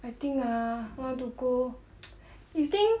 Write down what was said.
I think ah want to go you think